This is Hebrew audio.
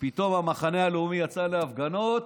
ופתאום המחנה הלאומי יצא להפגנות,